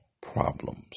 problems